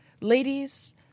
ladies